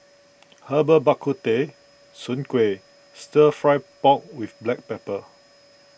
Herbal Bak Ku Teh Soon Kway Stir Fry Pork with Black Pepper